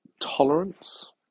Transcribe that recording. tolerance